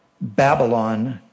Babylon